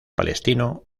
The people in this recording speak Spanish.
palestino